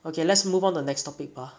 okay let's move on the next topic 吧